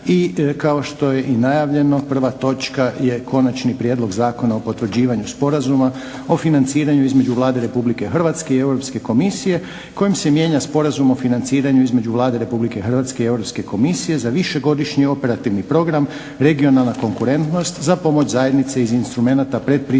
i kao što je i najavljeno prva točka je - Konačni prijedlog zakona o potvrđivanju Sporazuma o financiranju između Vlade Republike Hrvatske i Europske komisije kojim se mijenja Sporazum o financiranju između Vlade Republike Hrvatske i Europske komisije za višegodišnji operativni program "Regionalna konkurentnost" za pomoć zajednice iz instrumenata pretpristupne